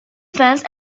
fence